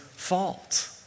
fault